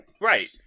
Right